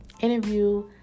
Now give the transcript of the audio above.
interview